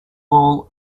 all